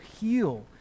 heal